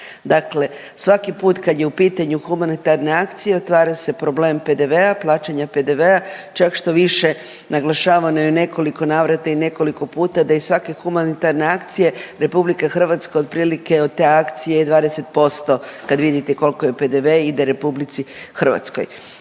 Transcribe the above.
Dakle svaki put kad je u pitanju humanitarna akcija, otvara se problem PDV-a, plaćanja PDV-a, čak štoviše, naglašavano je i u nekoliko navrata i nekoliko puta da iz svake humanitarne akcija, RH otprilike od te akcije je 20% kad vidite koliko je PDV, ide RH. Bilo je